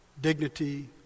Dignity